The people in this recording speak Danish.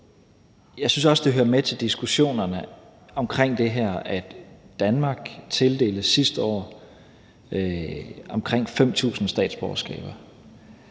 Jeg synes også, det hører med til diskussionerne om det her, at Danmark sidste år tildelte omkring 5.000 statsborgerskaber.